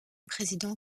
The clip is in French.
président